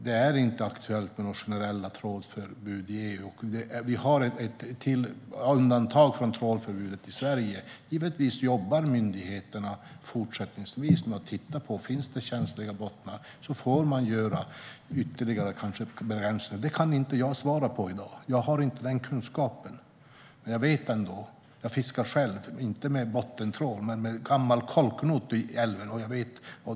Det är inte aktuellt med några generella trålförbud i EU, och vi har ett undantag från trålförbudet i Sverige. Givetvis jobbar myndigheterna fortsättningsvis med att titta på om det behövs ytterligare begränsningar när det handlar om känsliga bottnar. Det kan jag inte svara på i dag, för jag har inte den kunskapen. Jag fiskar själv, inte med bottentrål men med gammal kolknot i älven.